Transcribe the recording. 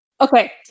Okay